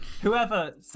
Whoever